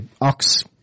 Ox